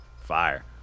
fire